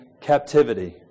captivity